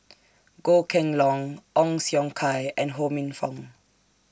Goh Kheng Long Ong Siong Kai and Ho Minfong